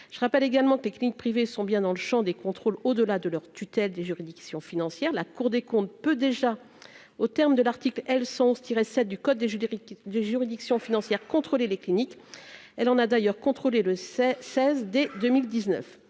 je rappelle également techniques privées sont bien dans le Champ des contrôles au-delà de leur tutelle des juridictions financières, la Cour des comptes peut déjà au terme de l'article L 111 tirer 7 du code des génériques des juridictions financières contrôler les cliniques, elle en a d'ailleurs contrôlée le c'est